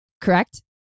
Correct